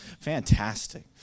Fantastic